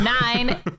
Nine